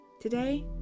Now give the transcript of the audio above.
Today